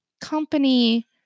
company